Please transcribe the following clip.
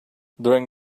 during